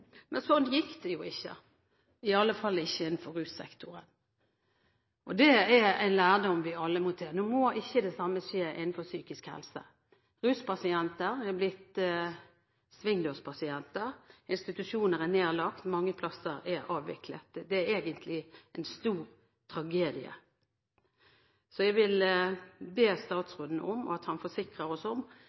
Men slik gikk det ikke, iallfall ikke innenfor russektoren. Det er noe vi alle må trekke lærdom av. Nå må ikke det samme skje innenfor psykisk helse. Ruspasienter er blitt svingdørspasienter. Institusjoner er nedlagt, mange plasser er avviklet. Det er egentlig en stor tragedie. Jeg vil be statsråden forsikre oss om at